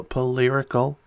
Polyrical